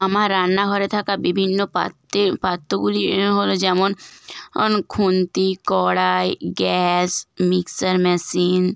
আমার রান্না ঘরে থাকা বিভিন্ন পাত্রে পাত্রগুলি হলো যেমন অন খুন্তি কড়াই গ্যাস মিক্সার মেশিন